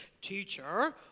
teacher